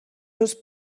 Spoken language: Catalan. dos